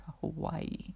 Hawaii